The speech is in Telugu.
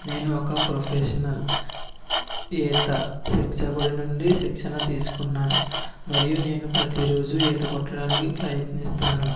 నేను ఒక ప్రొఫెషనల్ ఈత శిక్షకుడి నుండి శిక్షణ తీసుకున్నాను మరియు నేను ప్రతి రోజు ఈత కొట్టడానికి ప్రయత్నిస్తాను